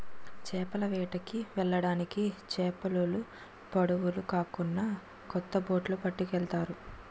చేపల వేటకి వెళ్ళడానికి చేపలోలు పడవులు కాకున్నా కొత్త బొట్లు పట్టుకెళ్తారు